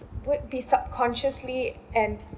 would be subconsciously and